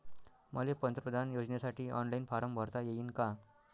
मले पंतप्रधान योजनेसाठी ऑनलाईन फारम भरता येईन का?